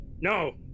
no